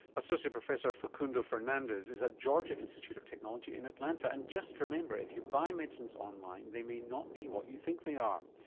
associate professor facundo fernandez is at the georgia institute of technology in atlanta. and just remember if you buy medicines online they may not be what you think they are.